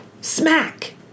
Smack